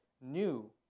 new